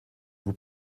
vous